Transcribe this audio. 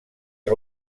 que